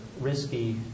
risky